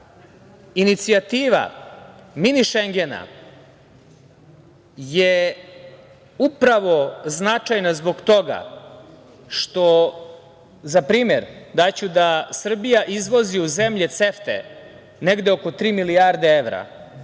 inicijativa Mini Šengena je upravo značajna zbog toga što za primer daću da Srbija izvozi u zemlje CEFTA negde oko tri milijarde evra,